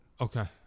Okay